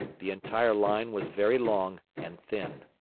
the entire line was very long and thin.